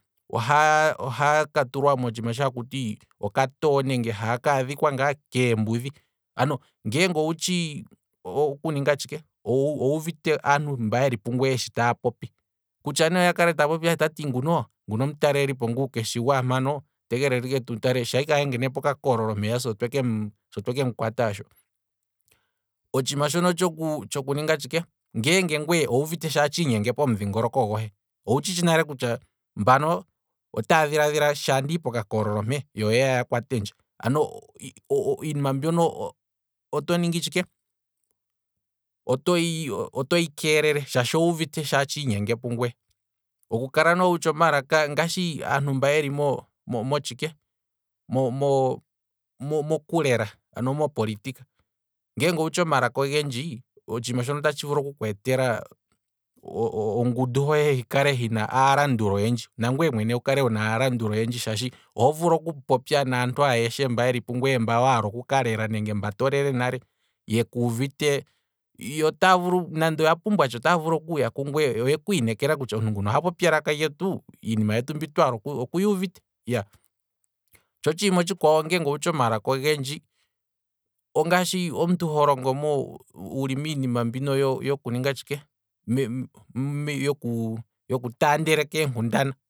Oha yaka tulwa moka too, ngaashi mbono ha kuti eembudhi, ngeenge owutshi okuninga tshike, owuuvite aantu mba yeli pungweye sho taapopi, kutya ne oya kale taa popi kutya aye nguno omutalelipo nguu keshi gwaampano, andiya ngaa tu tale sha ike ahengene poka kololo mpeya so tweke mu kwata, otshiima shono tshoku, ngeenge ngweye owuuvite sho tashi inyenge pomudhingoloko gohe, owutshitshi nale kutya mbano otaya dhilaadhila sha ndihi poka kololo mpeya yo oyeya yakwatendje, ano iinima mbyono oto ningi tshike otoyi keelele shaashi owuuvite shi tatshi inyege pungweye, oku kala noho wutshi omalaka ngashi aantu mba yeli mo- mo- mo tshike mo- mo- moku lela ano mopolitika, ngeenge owutshi omalaka ogendji otshiima shono atshi vulu oku kweetela aalanduli oyendji, nangweye mwene wu kale wuna aalanduli oyendji shaashi oho huvulu oku popya naantu oyeshe mba yeli pungweye, mboka waala oku kalela nenge mba to lele nale, yekuuvite, yo ngele oya pumbwatsha otaa vulu okuya kungweye, yo otaa vulu kutya omuntu nguno oha popi elaka lyetu oku yuuvite, tsho otshiima otshikwawo ngeenge owutshi omalaka ogendji ongaashi omuntu holongo mo, wuli miinima mbino yoku ninga tshike, yoku taandeleka eenkundana